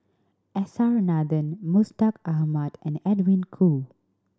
S R Nathan Mustaq Ahmad and Edwin Koo